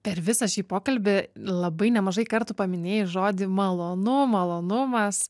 per visą šį pokalbį labai nemažai kartų paminėjai žodį malonu malonumas